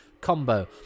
combo